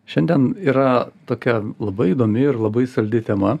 šiandien yra tokia labai įdomi ir labai saldi tema